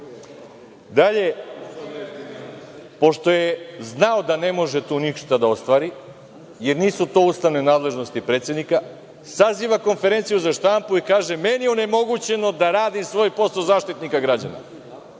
ponaša. Dalje, pošto je znao da ne može tu ništa da ostvari, jer nisu to ustavne nadležnosti predsednika, saziva konferenciju za štampu i kaže – meni je onemogućeno da radim svoj posao Zaštitnika građana.